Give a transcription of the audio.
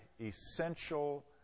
essential